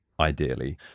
ideally